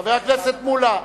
חבר הכנסת מולה,